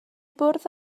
bwrdd